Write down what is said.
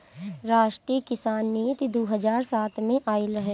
राष्ट्रीय किसान नीति दू हज़ार सात में आइल रहे